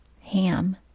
Ham